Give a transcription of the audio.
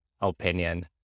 opinion